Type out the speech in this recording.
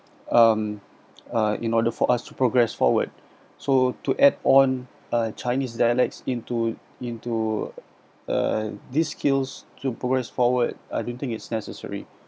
um uh in order for us to progress forward so to add on uh chinese dialects into into uh these skills to progress forward I don't think it's necessary